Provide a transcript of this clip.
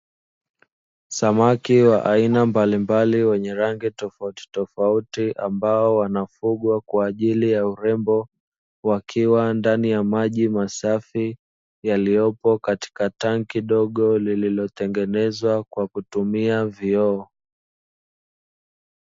Samaki wa aina mbalimbali wenye rangi tofautitofauti ambao wanafugwa kwa ajili ya urembo, wakiwa ndani ya maji masafi yaliyopo katika tangi dogo lililotengenezwa kwa kutumia vioo.